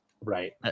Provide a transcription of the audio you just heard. Right